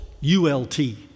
U-L-T